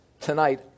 tonight